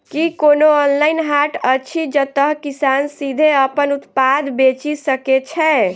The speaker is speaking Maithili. की कोनो ऑनलाइन हाट अछि जतह किसान सीधे अप्पन उत्पाद बेचि सके छै?